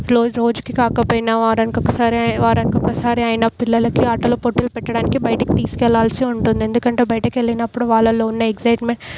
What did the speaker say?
రోజు రోజుకి కాకపోయినా వారానికి ఒకసారి వారానికి ఒక్కసారి అయినా పిల్లలకి ఆటలపోటీలు పెట్టడానికి బయటకి తీసుకెళ్ళాల్సి ఉంటుంది ఎందుకంటే బయటకెళ్ళినపుడు వాళ్ళల్లో ఉన్న ఎగ్జయిట్మెంట్